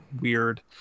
weird